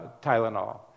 Tylenol